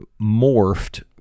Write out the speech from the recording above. morphed